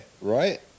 right